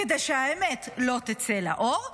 כדי שהאמת לא תצא לאור,